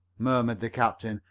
murmured the captain.